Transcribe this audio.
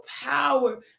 power